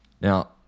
Now